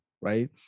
right